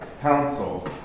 Council